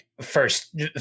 first